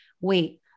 wait